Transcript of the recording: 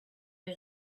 les